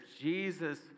Jesus